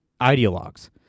ideologues